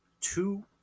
two